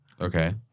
Okay